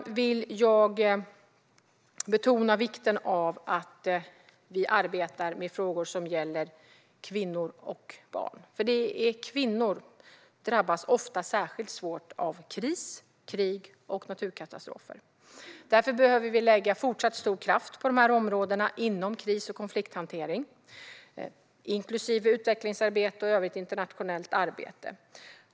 Jag vill slutligen betona vikten av att vi arbetar med frågor som gäller kvinnor och barn, för kvinnor drabbas ofta särskilt hårt av kris, krig och naturkatastrofer. Därför behöver vi lägga fortsatt stor kraft på de här områdena inom kris och konflikthantering, inklusive utvecklingsarbete och övrigt internationellt arbete.